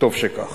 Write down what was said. וטוב שכך.